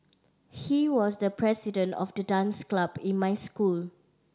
he was the president of the dance club in my school